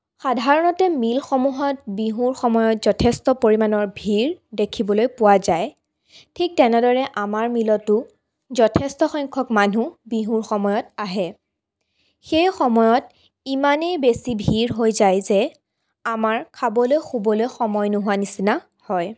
সাধাৰণতে মিলসমূহত বিহুৰ সময়ত যথেষ্ট পৰিমাণৰ ভীৰ দেখিবলৈ পোৱা যায় ঠিক তেনেদৰে আমাৰ মিলতো যথেষ্ট সংখ্যক মানুহ বিহুৰ সময়ত আহে সেই সময়ত ইমানেই বেছি ভীৰ হৈ যায় যে আমাৰ খাবলৈ শুবলৈ সময় নোহোৱাৰ নিচিনা হয়